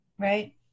Right